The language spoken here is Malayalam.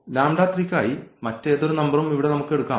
നായി മറ്റേതൊരു നമ്പറും ഇവിടെ എടുക്കാം